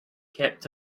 kept